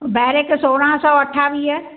barrack सोरहं सौ अठावीह